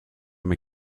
mes